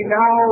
now